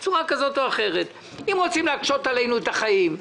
אם רוצים להקשות עלינו את החיים,